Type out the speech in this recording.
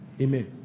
Amen